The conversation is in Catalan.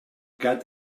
gat